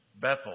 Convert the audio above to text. Bethel